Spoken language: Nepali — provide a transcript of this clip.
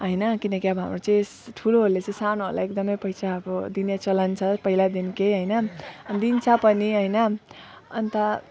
होइन किनकि अब हाम्रो चाहिँ ठुलोहरूले चाहिँ सानोहरूलाई एकदम पैसा अब दिने चलन छ पहिलादेखिकै होइन दिन्छ पनि होइन अन्त